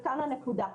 וכאן הנקודה,